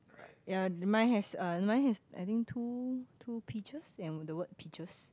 ya mine has uh mine has I think two two peaches and the word peaches